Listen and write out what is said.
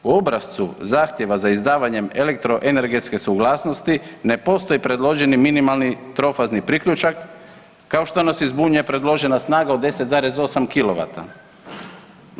U obrascu zahtjeva za izdavanjem elektroenergetske suglasnosti ne postoji predloženi minimalni trofazni priključak kao što nas i zbunjuje predložena snaga od 10,8 kW.